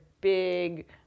big